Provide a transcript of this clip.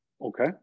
Okay